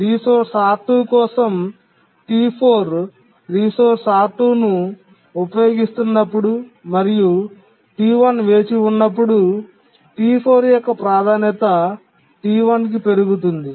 resource R2 కోసం T4 resource R2 ను ఉపయోగిస్తున్నప్పుడు మరియు T1 వేచి ఉన్నప్పుడు T4 యొక్క ప్రాధాన్యత T1 కి పెరుగుతుంది